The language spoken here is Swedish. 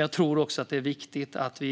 Jag tror att det är viktigt att